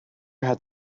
had